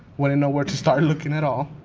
wouldn't know where to start looking at all.